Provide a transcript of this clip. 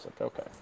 okay